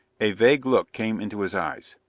a vague look came into his eyes.